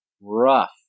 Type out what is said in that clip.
rough